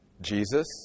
Jesus